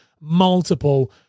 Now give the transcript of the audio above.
multiple